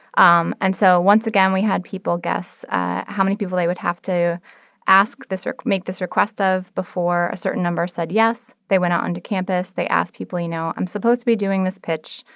um and so once again, we had people guess how many people they would have to ask this or make this request of before a certain number said yes. they went out onto campus. they asked people, you know, i'm supposed to be doing this pitch.